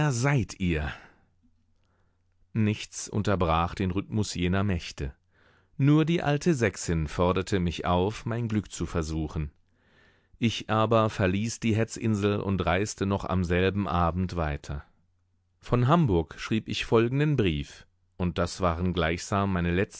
seid ihr nichts unterbrach den rhythmus jener mächte nur die alte sächsin forderte mich auf mein glück zu versuchen ich aber verließ die hetzinsel und reiste noch am selben abend weiter von hamburg schrieb ich folgenden brief und das waren gleichsam